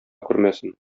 күрмәсен